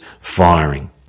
firing